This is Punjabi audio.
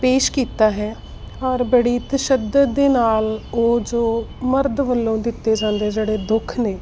ਪੇਸ਼ ਕੀਤਾ ਹੈ ਔਰ ਬੜੀ ਤਸ਼ੱਦਦ ਦੇ ਨਾਲ ਉਹ ਜੋ ਮਰਦ ਵੱਲੋਂ ਦਿੱਤੇ ਜਾਂਦੇ ਜਿਹੜੇ ਦੁੱਖ ਨੇ